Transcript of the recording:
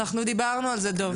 אנחנו דיברנו על זה, דב.